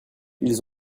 ils